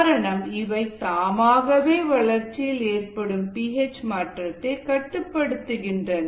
காரணம் இவை தாமாகவே வளர்ச்சியில் ஏற்படும் பி ஹெச் மாற்றத்தை கட்டுப்படுத்துகின்றன